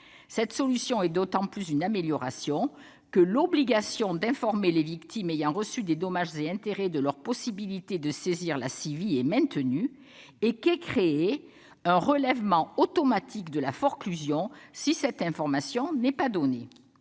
Cette solution est d'autant plus une amélioration que l'obligation d'informer les victimes ayant reçu des dommages et intérêts de leur possibilité de saisir la CIVI est maintenue et qu'est créé un relèvement automatique de la forclusion si cette information n'est pas donnée.